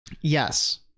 Yes